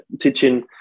teaching